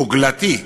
מוגלתי,